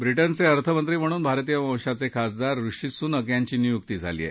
व्रिटनचे अर्थमंत्री म्हणून भारतीय वंशाचे खासदार ऋषी सुनक यांची नियुक्ती झाली आहे